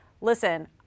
listen